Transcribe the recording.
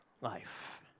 life